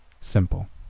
Simple